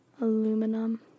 aluminum